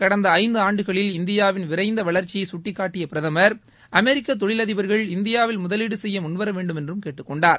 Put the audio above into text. கடந்த இந்தாண்டுகளில் இந்தியாவின் விரைந்த வளர்ச்சியை சுட்டிக்காட்டிய பிரதமர் அமெரிக்கா தொழிலதிபர்கள் இந்தியாவில் முதலீடு செய்ய முன்வரவேண்டும் என்று கேட்டுக்கொண்டார்